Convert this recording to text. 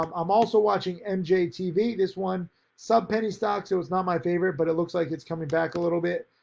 um i'm also watching and njtv this one sub penny stocks. it was not my favorite but it looks like it's coming back a little bit.